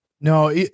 No